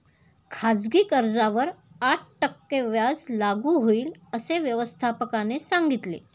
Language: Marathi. खाजगी कर्जावर आठ टक्के व्याज लागू होईल, असे व्यवस्थापकाने सांगितले